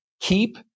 keep